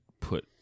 put